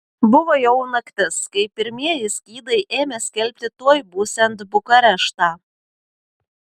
buvo jau naktis kai pirmieji skydai ėmė skelbti tuoj būsiant bukareštą